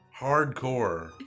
Hardcore